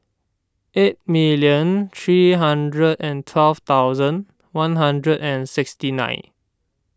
eight minute three hundred and twelve thousand one hundred and sixty nine